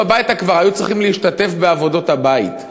הביתה כבר היו צריכים להשתתף בעבודות הבית.